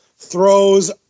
throws